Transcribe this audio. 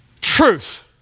Truth